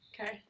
Okay